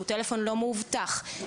שהוא טלפון לא מאובטח.